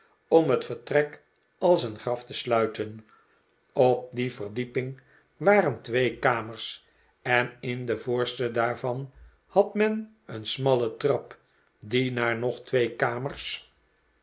om het vertrek als een graf te sluiten op die verdieping waren twee kamers en in de voorste daarvan had men een smalle trap die naar nog twee kamers